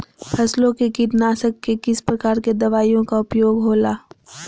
फसलों के कीटनाशक के किस प्रकार के दवाइयों का उपयोग हो ला?